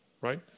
right